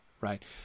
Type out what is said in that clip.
right